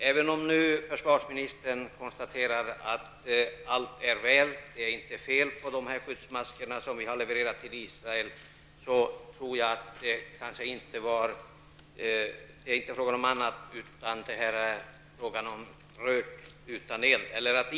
Även om försvarsministern konstaterar att allt är väl, det är inte fel på de skyddsmasker som vi har levererat till Israel, tror jag att det inte är fråga om rök utan eld.